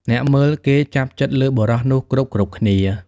អ្នកមើលគេចាប់ចិត្តលើបុរសនោះគ្រប់ៗគ្នា។